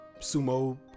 sumo